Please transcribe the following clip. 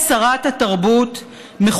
היום כבר דיברת יותר מדי.